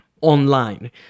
online